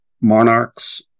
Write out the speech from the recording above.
monarchs